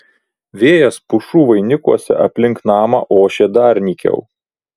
vėjas pušų vainikuose aplink namą ošė dar nykiau